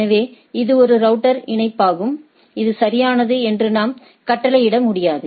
எனவே இது ஒரு நெட்வொர்க் இணைப்பாகும் இது சரியானது என்று நாம் கட்டளையிட முடியாது